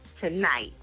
tonight